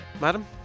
Madam